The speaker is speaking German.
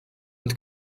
und